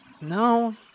no